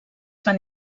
van